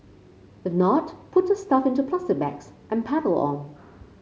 if not put your stuff into plastic bags and pedal on